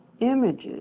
images